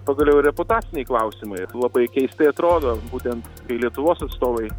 pagaliau ir reputaciniai klausimai labai keistai atrodo būtent kai lietuvos atstovai